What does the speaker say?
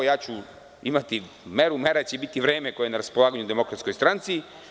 Imaću meru, mera će biti vreme koje je na raspolaganju Demokratskoj stranci.